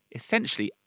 essentially